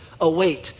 await